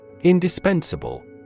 Indispensable